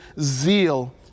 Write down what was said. zeal